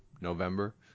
November